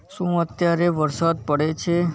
શું અત્યારે વરસાદ પડે છે